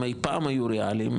אם אי פעם היו ראליים,